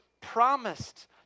promised